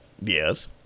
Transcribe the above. Yes